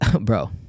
bro